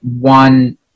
one